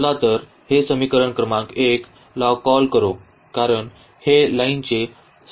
चला तर हे समीकरण क्रमांक 1 ला कॉल करू कारण हे लाइन चे समीकरण आहे